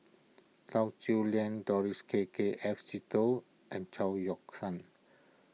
Lau Siew Lang Doris K K F Seetoh and Chao Yoke San